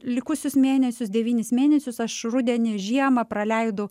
likusius mėnesius devynis mėnesius aš rudenį žiemą praleidu